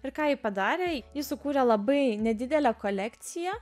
ir ką ji padarė ji sukūrė labai nedidelę kolekciją